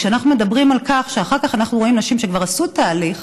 כשאנחנו מדברים על כך שאחר כך אנחנו רואים נשים שכבר עשו תהליך